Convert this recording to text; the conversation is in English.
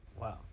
Wow